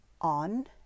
on